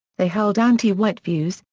they held anti-white views,